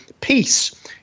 peace